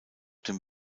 dem